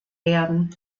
werden